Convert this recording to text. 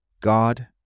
God